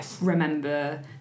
remember